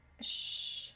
Shh